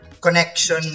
connection